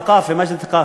ת'קאפה.